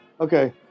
okay